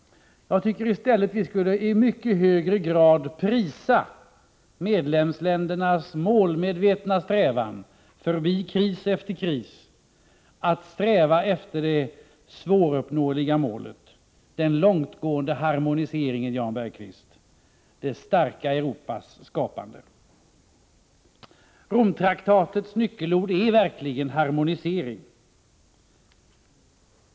Jag tycker att vi i stället i mycket högre grad skulle prisa medlemsländernas målmedvetna strävan, förbi kris efter kris, mot det svåruppnåeliga målet: den långtgående harmoniseringen, Jan Bergqvist, det starka Europas skapande. Romtraktatens nyckelord är verkligen harmonisering.